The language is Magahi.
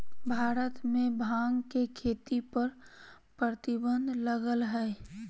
भारत में भांग के खेती पर प्रतिबंध लगल हइ